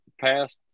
past